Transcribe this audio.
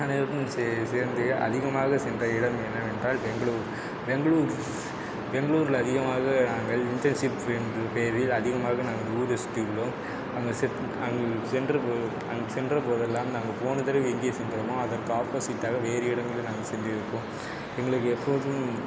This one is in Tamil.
அனைவருக்கும் சே சேர்ந்து அதிகமாக சென்ற இடம் என்னவென்றால் பெங்களூரு பெங்களூர் பெங்களூர்ல அதிகமாக நாங்கள் இன்டேர்ன்ஷிப் என்று பெயரில் அதிகமாக நாங்கள் ஊரை சுற்றி உள்ளோம் அங்கே செப் அங்கு சென்ற போது அங்கு சென்ற போதெல்லாம் நாங்கள் போனதடவை எங்கே சென்றோமோ அதற்கு ஆப்போசிட்டாக வேறு இடங்களில் நாங்கள் சென்றிருப்போம் எங்களுக்கு எப்போதும்